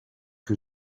que